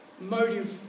motive